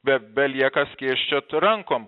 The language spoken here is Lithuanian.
be belieka skėsčiot rankom